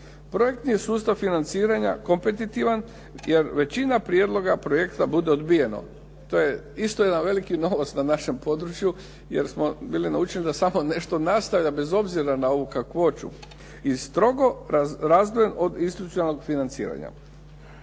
Projekti je sustav financiranja kompetitivan jer većina prijedloga projekta bude odbijeno. To je isto jedna velika novost na našem području jer smo bili naučili da samo nešto nastavlja bez obzira na ovu kakvoću. I strogo razdvojen od institucionalnog financiranja.